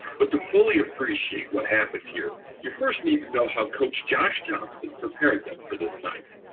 but to fully appreciate what happened here, you first need to know how coach josh thompson prepared them for this night.